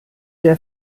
der